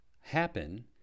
happen